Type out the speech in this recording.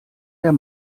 der